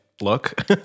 look